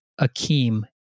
Akeem